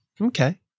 Okay